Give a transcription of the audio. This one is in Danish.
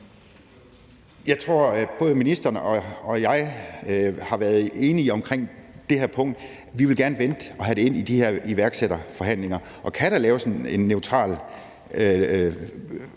Jeg tror, at både ministeren og jeg har været enige om det her punkt: Vi vil gerne vente og have det ind i de her iværksætterforhandlinger. Og kan der laves en neutral